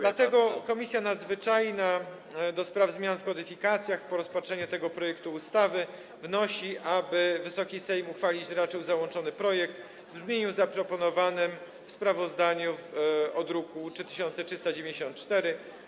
Dlatego Komisja Nadzwyczajna do spraw zmian w kodyfikacjach po rozpatrzeniu tego projektu ustawy wnosi, aby Wysoki Sejm uchwalić raczył załączony projekt w brzmieniu zaproponowanym w sprawozdaniu w druku nr 3394.